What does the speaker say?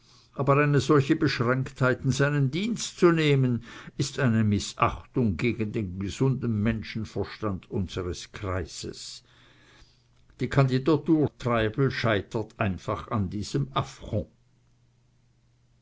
aber eine solche beschränktheit in seinen dienst zu nehmen ist eine mißachtung gegen den gesunden menschenverstand unseres kreises die kandidatur treibel scheitert einfach an diesem affront